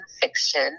fiction